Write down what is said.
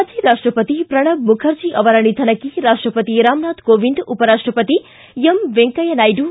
ಮಾಜಿ ರಾಷ್ಟಪತಿ ಪ್ರಣಬ್ ಮುಖರ್ಜಿ ಅವರ ನಿಧನಕ್ಕೆ ರಾಷ್ಟಪತಿ ರಾಮನಾಥ್ ಕೋವಿಂದ್ ಉಪರಾಷ್ಟಪತಿ ವೆಂಕಯ್ಯ ನಾಯ್ಡು